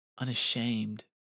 unashamed